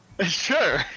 Sure